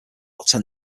attend